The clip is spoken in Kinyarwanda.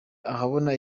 ahabona